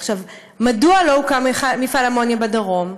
עכשיו, מדוע לא הוקם מפעל אמוניה בדרום?